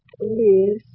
Yes